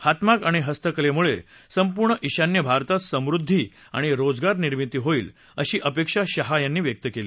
हातमाग आणि हस्तकलेमुळे संपूर्ण ईशान्य भारतात समृद्धी आणि रोजगार निर्मिती होईलअशी अपेक्षा शाह यांनी व्यक्त केली